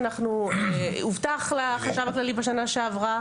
בשנה שעברה